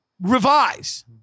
revise